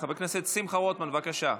חבר כנסת שמחה רוטמן, בבקשה.